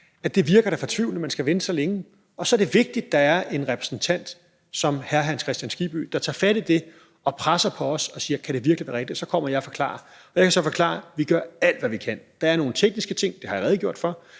fortvivlende, at man skal vente så længe, og så er det vigtigt, at der er en repræsentant som hr. Hans Kristian Skibby, der tager fat i det og presser på os og siger: Kan det virkelig være rigtigt? Og så kommer jeg og forklarer. Jeg kan så forklare, at vi gør alt, hvad vi kan. Der er nogle tekniske ting – det har jeg redegjort for